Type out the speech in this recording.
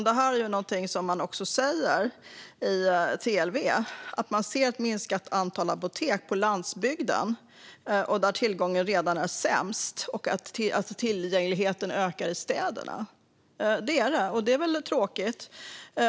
Detta är något som också TLV säger: Man ser ett minskat antal apotek på landsbygden, där tillgången redan är sämst, medan tillgängligheten ökar i städerna. Så är det, och det är tråkigt.